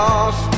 Lost